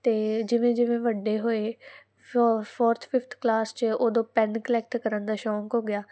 ਤੇ ਜਿਵੇਂ ਜਿਵੇਂ ਵੱਡੇ ਹੋਏ ਫੋ ਫੋਰਥ ਫਿਫਥ ਕਲਾਸ 'ਚ ਉਦੋਂ ਪੈੱਨ ਕਲੈਕਟ ਕਰਨ ਦਾ ਸ਼ੌਂਕ ਹੋ ਗਿਆ